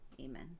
amen